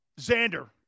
Xander